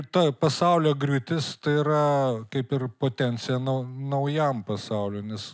ta pasaulio griūtis tai yra kaip ir potencija nau naujam pasauliui nes